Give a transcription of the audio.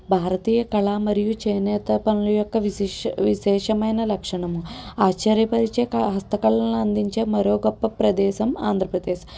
భారతీయ కళ మరియు చేనేత పనుల యొక్క విశేష విశేషమైన లక్షణము ఆశ్చర్యపరిచే హస్తకళలను అందించే మరో గొప్ప ప్రదేశం ఆంధ్రప్రదేశ్